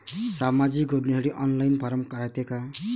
सामाजिक योजनेसाठी online form रायते का?